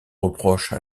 reproche